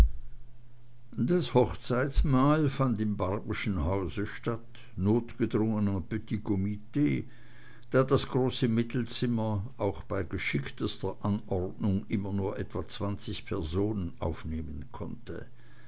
das hochzeitsmahl fand im barbyschen hause statt notgedrungen en petit comit da das große mittelzimmer auch bei geschicktester anordnung immer nur etwa zwanzig personen aufnehmen konnte